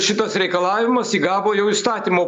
šituos reikalavimus įgavo jau įstatymo